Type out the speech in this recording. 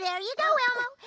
yeah ya go elmo,